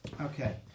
okay